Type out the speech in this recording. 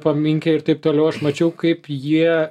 paminkė ir taip toliau aš mačiau kaip jie